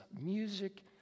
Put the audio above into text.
music